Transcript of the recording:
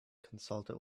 consulted